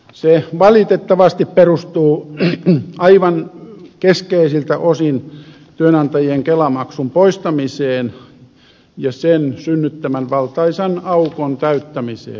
se valitettavasti perustuu aivan keskeisiltä osin työnantajien kelamaksun poistamiseen ja sen synnyttämän valtaisan aukon täyttämiseen